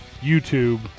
YouTube